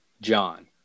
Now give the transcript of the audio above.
John